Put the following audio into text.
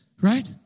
Right